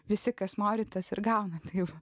visi kas nori tas ir gauna taip